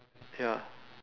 ya